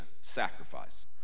sacrifice